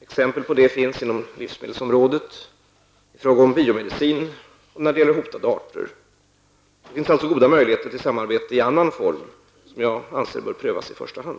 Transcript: Exempel på detta finns inom livsmedelsområdet, i fråga om biomedicin och när det gäller hotade arter. Det finns alltså goda möjligheter till samarbete i annan form som jag anser bör prövas i första hand.